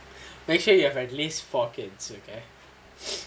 make sure you have at least four kids okay